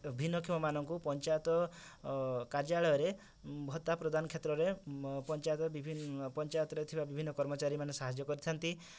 ଭିନ୍ନକ୍ଷମମାନଙ୍କୁ ପଞ୍ଚାୟତ କାର୍ଯ୍ୟାଳୟରେ ଭତ୍ତା ପ୍ରଦାନ କ୍ଷେତ୍ରରେ ମ ପଞ୍ଚାୟତ ବିଭିନ୍ନ ପଞ୍ଚାୟତରେ ଥିବା ବିଭିନ୍ନ କର୍ମଚାରୀମାନେ ସାହାଯ୍ୟ କରିଥାନ୍ତି